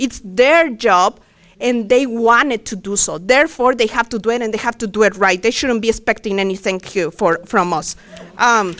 it's their job and they want it to do so therefore they have to do it and they have to do it right they shouldn't be expecting anything q for from us